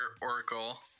oracle